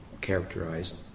characterized